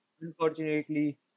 unfortunately